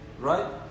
Right